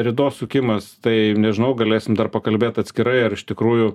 ridos sukimas tai nežinau galėsim dar pakalbėti atskirai ar iš tikrųjų